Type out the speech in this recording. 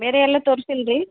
ಬೇರೆ ಎಲ್ಲೂ ತೋರ್ಸಿಲ್ಲ ರೀ